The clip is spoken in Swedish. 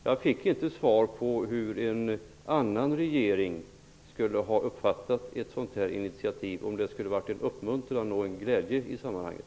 Jag fick inte svar på frågan hur en annan regering skulle ha uppfattat ett sådant här initiativ -- om man hade upplevt uppmuntran och glädje i sammanhanget.